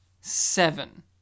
seven